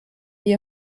wie